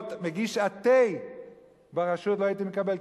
להיות מגיש התה ברשות לא הייתי מקבל,